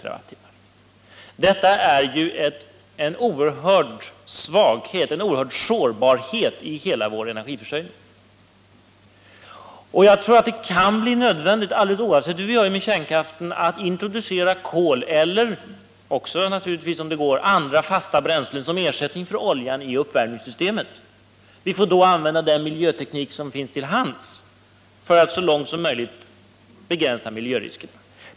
Detta är ju en oerhörd svaghet, en oerhörd sårbarhet, i hela vår energiförsörjning. Och jag tror att det kan bli nödvändigt, alldeles oavsett hur vi gör med kärnkraften, att introducera kol — eller också naturligtvis, om det går, andra fasta bränslen — som ersättning för oljan i uppvärmningssystemen. Vi får då använda den miljöteknik som finns till hands för att så långt möjligt begränsa miljöriskerna.